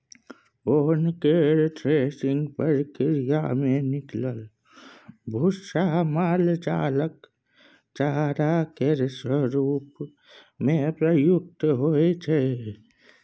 ओन केर थ्रेसिंग प्रक्रिया मे निकलल भुस्सा माल जालक चारा केर रूप मे प्रयुक्त होइ छै